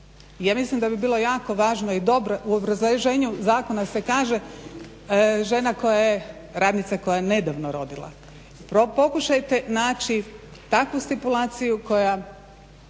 Ja mislim da bi bilo jako važno i dobro, u obrazloženju zakona se kaže žena koja je, radnica koja je nedavno rodila. Pokušajte naći takvu stipulaciju koja